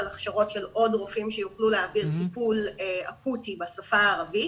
על הכשרה של עוד רופאים שיוכלו להעביר טיפול אקוטי בשפה הערבית